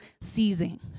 seizing